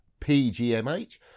pgmh